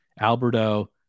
Alberto